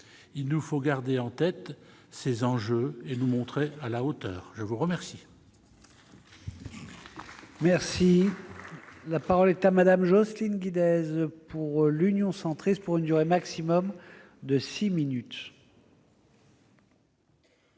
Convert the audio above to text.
Il nous faut garder en tête ces enjeux et nous montrer à la hauteur. La parole